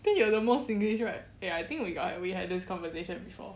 then you are the most singlish right eh I think we got we had this conversation before